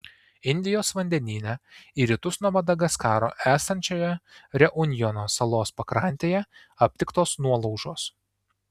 indijos vandenyne į rytus nuo madagaskaro esančioje reunjono salos pakrantėje aptiktos nuolaužos